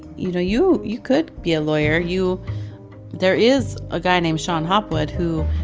you know, you you could be a lawyer. you there is a guy named shon hopwood who,